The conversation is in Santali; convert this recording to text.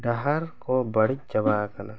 ᱰᱟᱦᱟᱨ ᱠᱚ ᱵᱟᱹᱲᱤᱡ ᱪᱟᱵᱟ ᱟᱠᱟᱱᱟ